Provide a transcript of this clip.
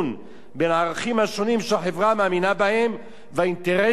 מאמינה בהם והאינטרסים שהיא רוצה להגן עליהם.